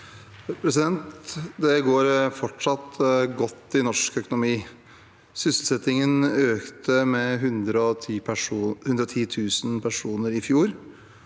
Vedum Det går fortsatt godt i norsk økonomi. Sysselsettingen økte med 110 000 personer i fjor,